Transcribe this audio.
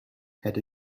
had